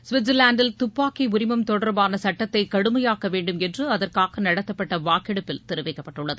சுவிட்சா்லாந்தில் துப்பாக்கி உரிமம் தொடா்பான சுட்டத்தை கடுமையாக்க வேண்டும் என்று அதற்காக நடத்தப்பட்ட வாக்கெடுப்பில் தெரிவிக்கப்பட்டுள்ளது